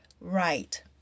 Right